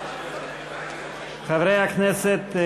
חברי הכנסת,